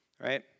right